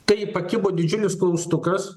tai pakibo didžiulis klaustukas